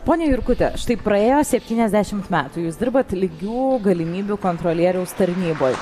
ponia jurkute štai praėjo septyniasdešimt metų jūs dirbat lygių galimybių kontrolieriaus tarnyboj